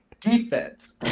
defense